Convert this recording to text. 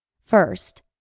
First